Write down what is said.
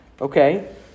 Okay